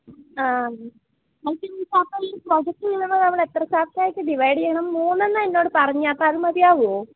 ആ മിസ്സ് ഇനി ഈ ചാപ്റ്ററില് പ്രൊജക്ട് ചെയ്യുന്നത് നമ്മളെത്ര ചാപ്റ്റായിട്ട് ഡിവൈഡ് ചെയ്യണം മൂന്നെണ്ണമാ എന്നോട് പറഞ്ഞത് അപ്പം അത് മതിയാവുമോ